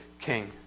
king